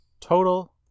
Total